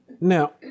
Now